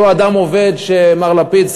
אותו אדם עובד שמר לפיד,